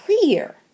clear